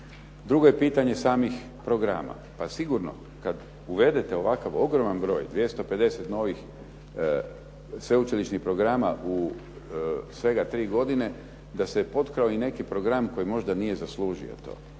Drugo je pitanje samih programa. Pa sigurno, kad uvedete ovakav ogroman broj 250 novih sveučilišnih programa u svega tri godine da se potkrao i neki program koji možda nije zaslužio to.